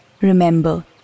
remember